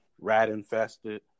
rat-infested